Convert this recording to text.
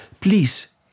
please